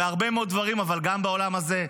בהרבה מאוד דברים, אבל גם בעולם הזה.